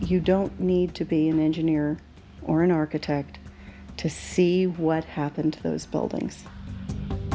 you don't need to be an engineer or an architect to see what happened those buildings